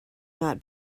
not